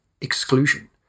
exclusion